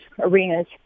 arenas